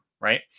right